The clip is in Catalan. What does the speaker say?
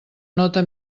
nota